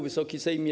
Wysoki Sejmie!